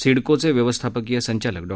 सिडकोचे व्यवस्थापकीय संचालक डॉ